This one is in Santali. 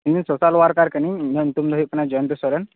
ᱤᱧᱫᱚ ᱥᱳᱥᱟᱞ ᱣᱟᱨᱠᱟᱨ ᱠᱟ ᱱᱟ ᱧ ᱤᱧᱟ ᱜ ᱧᱩᱛᱩᱢ ᱫᱚ ᱦᱩᱭᱩᱜ ᱠᱟᱱᱟ ᱡᱚᱭᱚᱱᱛᱚ ᱥᱚᱨᱮᱱ